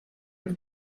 have